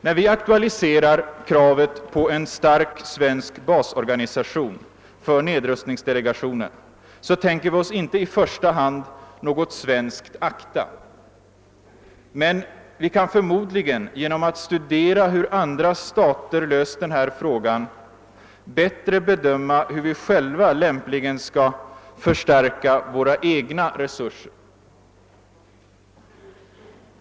När vi aktualiserar kravet på en stark svensk basorganisation för nedrustningsdelegationen tänker vi oss inte i första hand något svenskt ACDA. Men vi i vårt land kan förmodligen genom att studera hur andra stater har löst denna fråga bättre bedöma hur vi själva lämpligen skall förstärka våra resurser.